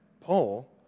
Paul